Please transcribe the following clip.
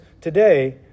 today